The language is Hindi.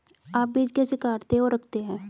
आप बीज कैसे काटते और रखते हैं?